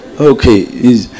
Okay